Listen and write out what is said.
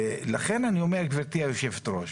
לכן, אני אומר, גברתי היושבת-ראש,